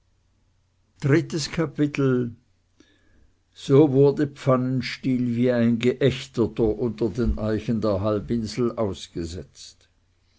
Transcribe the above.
drittes kapitel so wurde pfannenstiel wie ein geächteter unter den eichen der halbinsel ausgesetzt